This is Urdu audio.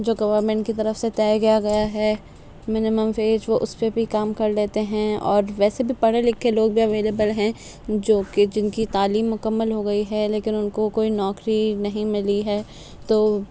جو گورمنٹ کی طرف سے طے کیا گیا ہے منیمم ویج وہ اس پہ بھی کام کر لیتے ہیں اور ویسے بھی پڑھے لکھے لوگ بھی اویلیبل ہیں جوکہ جن کی تعلیم مکمل ہو گئی ہے لیکن ان کو کوئی نوکری نہیں ملی ہے تو